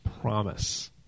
promise